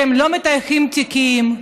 שהם לא מטייחים תיקים,